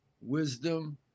wisdom